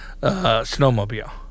snowmobile